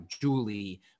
Julie